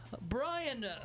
Brian